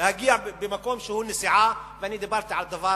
להגיע במקום שהוא נסיעה, ואני דיברתי על דבר,